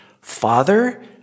Father